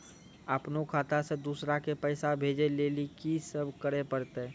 अपनो खाता से दूसरा के पैसा भेजै लेली की सब करे परतै?